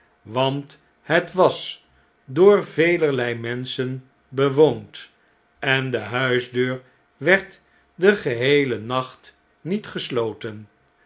want het was door velerlei menschen bewoond en de huisdeur werd den geheelen nacht niet gesloten